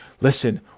listen